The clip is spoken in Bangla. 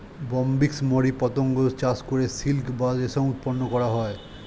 বম্বিক্স মরি পতঙ্গ চাষ করে সিল্ক বা রেশম উৎপন্ন করা হয়